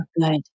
good